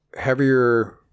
heavier